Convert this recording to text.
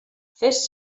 fes